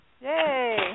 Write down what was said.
Yay